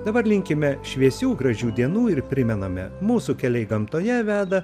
dabar linkime šviesių gražių dienų ir primename mūsų keliai gamtoje veda